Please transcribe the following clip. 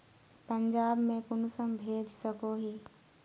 पंजाब में कुंसम भेज सकोही?